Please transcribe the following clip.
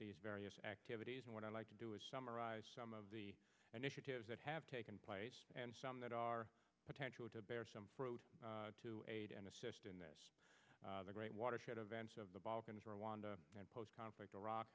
these various activities and what i'd like to do is summarize some of the initiatives that have taken place and some that are potential to bear some fruit to aid and assist in this great watershed events of the balkans rwanda and post conflict iraq